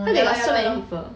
why they like so many people